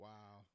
Wow